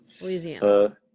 Louisiana